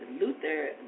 Luther